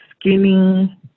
skinny